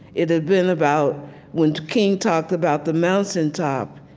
it had been about when king talked about the mountaintop,